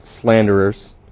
slanderers